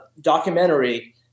documentary